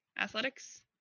athletics